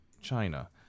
China